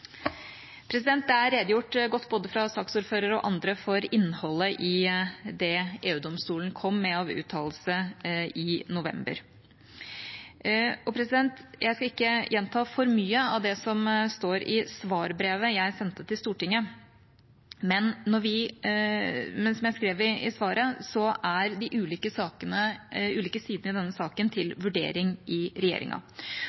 Det er redegjort godt, både fra saksordføreren og andre, for innholdet i det EU-domstolen kom med av uttalelser i november. Jeg skal ikke gjenta for mye av det som står i svarbrevet jeg sendte til Stortinget, men, som jeg skrev i svaret, er de ulike sidene i denne saken